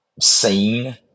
scene